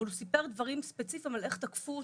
אבל הוא סיפר דברים ספציפיים על איך תקפו אותו,